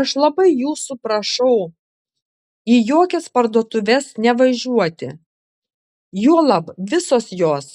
aš labai jūsų prašau į jokias parduotuves nevažiuoti juolab visos jos